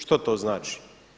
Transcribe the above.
Što to znači?